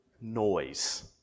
noise